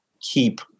keep